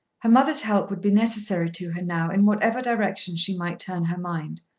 her mother's help would be necessary to her now in whatever direction she might turn her mind.